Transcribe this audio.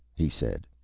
he said.